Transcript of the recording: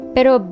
Pero